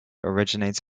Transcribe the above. originates